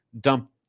dump